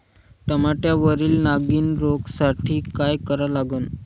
टमाट्यावरील नागीण रोगसाठी काय करा लागन?